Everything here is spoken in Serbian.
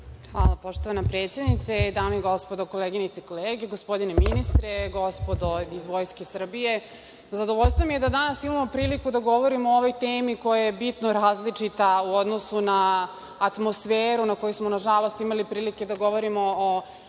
Hvala, poštovana predsednice. Dame i gospodo koleginice i kolege, gospodine ministre, gospodo iz Vojske Srbije, zadovoljstvo mi je da danas imamo priliku da govorimo o ovoj temi koja je bitno različita u odnosu na atmosferu u kojoj smo, nažalost, imali prilike da govorimo o